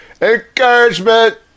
encouragement